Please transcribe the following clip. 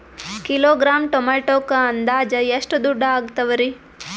Kilogram ಟೊಮೆಟೊಕ್ಕ ಅಂದಾಜ್ ಎಷ್ಟ ದುಡ್ಡ ಅಗತವರಿ?